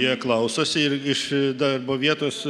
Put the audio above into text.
jie klausosi ir iš darbo vietos